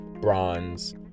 bronze